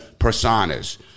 personas